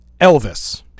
Elvis